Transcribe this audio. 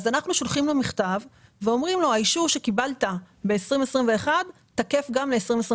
אנחנו שולחים לו מכתב ואומרים לו שהאישור שקיבלת ב-2021 תקף גם ל-2022.